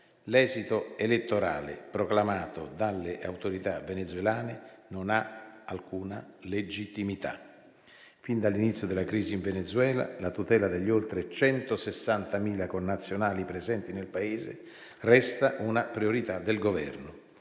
l'esito elettorale proclamato dalle autorità venezuelane non ha alcuna legittimità. Fin dall'inizio della crisi in Venezuela la tutela degli oltre 160.000 connazionali presenti nel Paese resta una priorità del Governo.